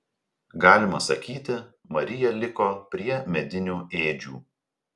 galima sakyti marija liko prie medinių ėdžių